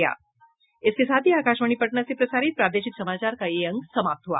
इसके साथ ही आकाशवाणी पटना से प्रसारित प्रादेशिक समाचार का ये अंक समाप्त हुआ